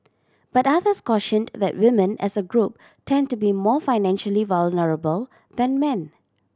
but others cautioned that women as a group tend to be more financially vulnerable than men